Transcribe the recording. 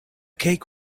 cake